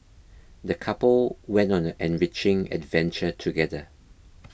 the couple went on an enriching adventure together